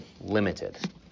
limited